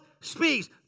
speaks